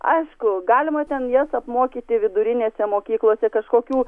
aišku galima ten jas apmokyti vidurinėse mokyklose kažkokių